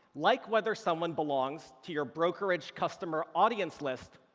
like whether someone belongs to your brokerage customer audience list,